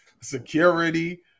security